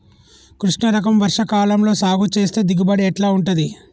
కృష్ణ రకం వర్ష కాలం లో సాగు చేస్తే దిగుబడి ఎట్లా ఉంటది?